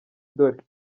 dore